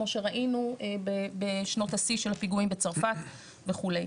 כמו שראינו בשנות השיא של הפיגועים בצרפת וכו'.